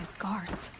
guards?